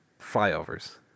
flyovers